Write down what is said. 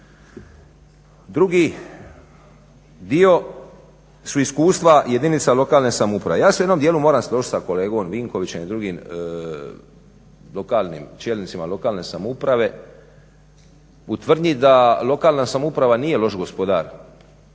Drugi dio su iskustva jedinica lokalne samouprave. Ja se u jednom djelu moram složiti sa kolegom Vinkovićem drugim lokalnim čelnicima lokalne samouprave u tvrdnji da lokalna samouprava nije loš gospodar